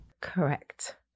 Correct